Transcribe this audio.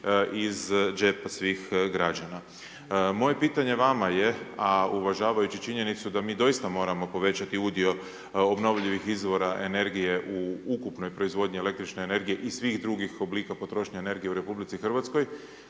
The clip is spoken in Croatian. iz džepa svih građana. Moje pitanje vama je, a uvažavajući činjenicu da mi doista moramo povećati udio obnovljivih izvora energije u ukupno proizvodnji električne energije i svih drugih oblika potrošnje energije u RH, kakva